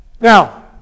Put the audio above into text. Now